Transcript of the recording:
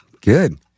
Good